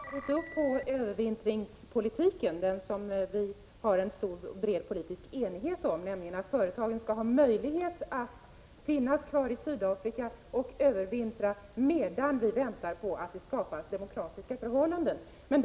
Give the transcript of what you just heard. Fru talman! Självklart ställer vi i folkpartiet oss bakom övervintringspolitiken, som det råder en bred politisk enighet om. Denna politik går ut på att företagen skall ha möjlighet att finnas kvar i Sydafrika och övervintra där, medan vi väntar på att det skapas demokratiska förhållanden.